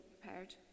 prepared